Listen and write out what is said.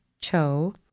Cho